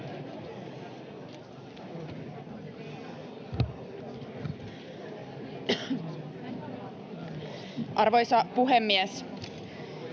Arvoisa puhemies!